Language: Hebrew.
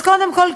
אז קודם כול,